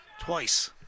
Twice